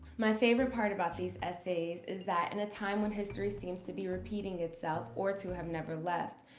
my favorite part about these essays is that in a time when history seems to be repeating itself or to have never left,